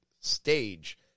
stage